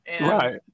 Right